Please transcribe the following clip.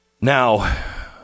Now